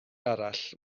arall